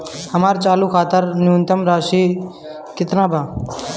हमर चालू खाता खातिर न्यूनतम शेष राशि केतना बा?